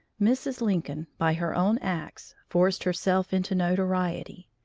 mrs. lincoln, by her own acts, forced herself into notoriety.